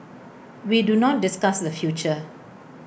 we do not discuss the future